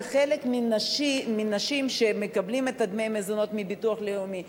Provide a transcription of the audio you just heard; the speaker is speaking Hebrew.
שחלק מהנשים שמקבלות דמי מזונות מהביטוח הלאומי,